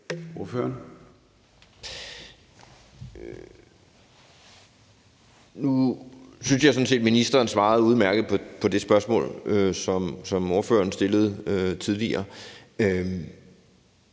Nu synes jeg sådan set, at ministeren svarede udmærket på det spørgsmål, som ordføreren stillede tidligere.